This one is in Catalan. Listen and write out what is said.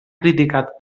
criticat